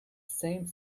same